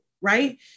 right